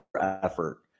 effort